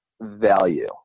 value